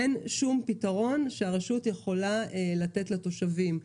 אין שום פתרון שהרשות יכולה לתת לתושבים.